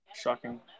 Shocking